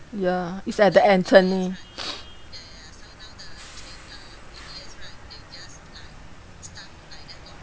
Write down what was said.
ya it's at the attorney